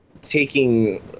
taking